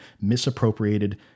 misappropriated